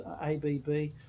ABB